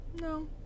No